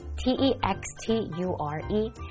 T-E-X-T-U-R-E